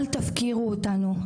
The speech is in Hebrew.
אל תפקירו אותנו,